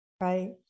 right